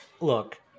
look